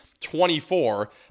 24